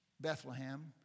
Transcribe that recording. Bethlehem